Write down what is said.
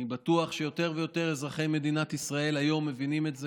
אני בטוח שיותר יותר אזרחי מדינת ישראל היום מבינים את זה,